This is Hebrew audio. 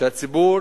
כדי שהציבור